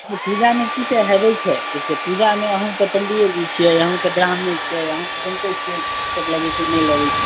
पूजामे किसब हेबाक छै पूजामे अहूँसब पॅंडियेजी छियै अहूँसब ब्राह्मणे छियै अहूँ बुझिते हेबे किसब लगै छै नहि लगै छै